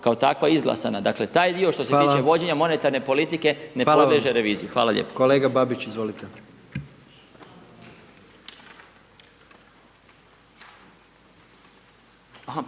kao takva izglasana, dakle taj dio što se tiče vođenja monetarne politike ne podliježe reviziji. Hvala lijepo. **Jandroković, Gordan